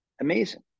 Amazing